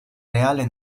reale